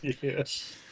Yes